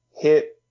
hit